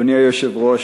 אדוני היושב-ראש,